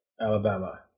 alabama